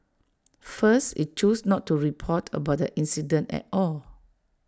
first IT chose not to report about the incident at all